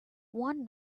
one